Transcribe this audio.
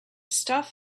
stuff